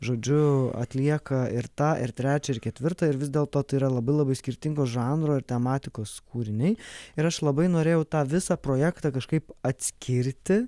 žodžiu atlieka ir tą ir trečią ir ketvirtą ir vis dėlto tai yra labai labai skirtingo žanro ir tematikos kūriniai ir aš labai norėjau tą visą projektą kažkaip atskirti